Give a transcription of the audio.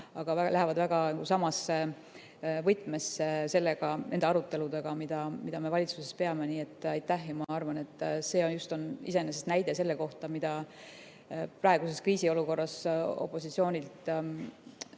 aga on väga samas võtmes nende aruteludega, mida me valitsuses peame. Nii et aitäh! Ma arvan, et see on iseenesest näide selle kohta, mida praeguses kriisiolukorras opositsioonilt kõik